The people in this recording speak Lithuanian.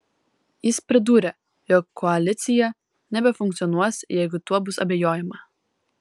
jis pridūrė jog koalicija nebefunkcionuos jeigu tuo bus abejojama